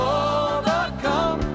overcome